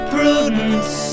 Prudence